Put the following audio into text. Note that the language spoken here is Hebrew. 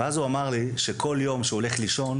ואז הוא אמר לי: שכל יום כאשר הוא הולך לישון,